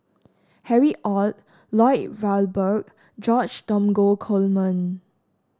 Harry Ord Lloyd Valberg George Dromgold Coleman